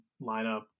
lineup